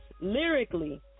Lyrically